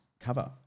cover